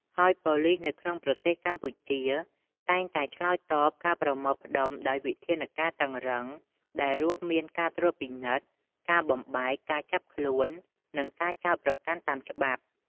ហើយប៉ូលីសនៅក្នុងប្រទេសកម្ពុជា តែងតែឆ្លើយតបការប្រមូលផ្តុំដោយវិធានការតឹងរឹង ដែលរួមមានការត្រួតពិនិត្យ ការបំបែក ការចាប់ខ្លួន និងការចោទប្រកាន់តាមច្បាប់។